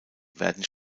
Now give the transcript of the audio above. werden